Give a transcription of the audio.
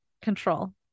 control